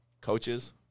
Coaches